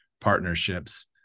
partnerships